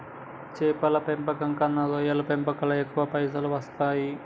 చేపల పెంపకం కన్నా రొయ్యల పెంపులను ఎక్కువ పైసలు వస్తాయి